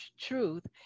truth